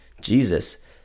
Jesus